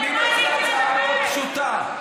אני מציע הצעה מאוד פשוטה,